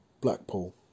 Blackpool